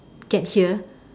get here